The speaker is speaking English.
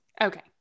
okay